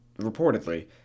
reportedly